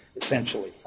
essentially